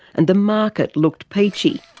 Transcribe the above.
and the market looked peachy.